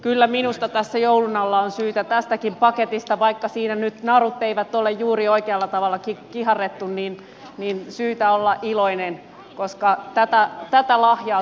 kyllä minusta tässä joulun alla on syytä tästäkin paketista vaikka siinä nyt narut eivät ole juuri oikealla tavalla kiharretut olla iloinen koska tätä lahjaa suomi tarvitsee